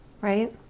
right